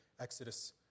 Exodus